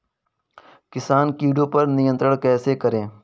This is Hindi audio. किसान कीटो पर नियंत्रण कैसे करें?